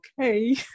okay